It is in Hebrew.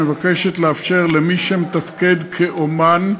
מבקשת לאפשר למי שמתפקד כאומן,